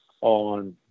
on